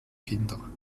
kinder